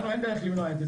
לנו אין דרך למנוע את זה,